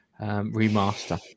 remaster